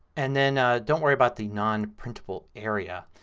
and then don't worry about the non printable area.